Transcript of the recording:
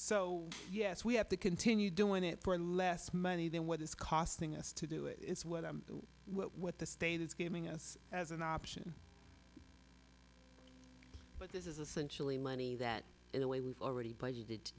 so yes we have to continue doing it for less money than what it's costing us to do it it's what i what the state is giving us as an option but this is essentially money that in a way we've already budgeted to